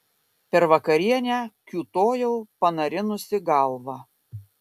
per vakarienę kiūtojau panarinusi galvą